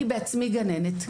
אני בעצמי גננת.